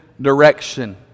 direction